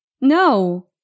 No